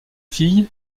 fille